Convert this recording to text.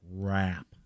crap